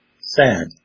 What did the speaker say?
sad